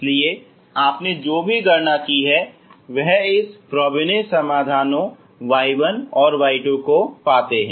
इसलिए आपने जो भी गणना की है वह इस फ्रेबोनियस समाधानों y1 और y2 को पाते हैं